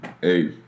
Hey